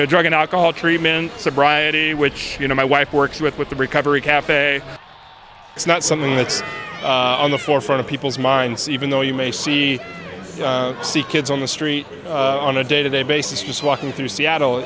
know drug and alcohol treatment sobriety which you know my wife works with with the recovery cafe it's not something that's on the forefront of people's minds even though you may see see kids on the street on a day to day basis just walking through seattle